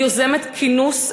היא יוזמת כינוס,